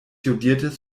jodiertes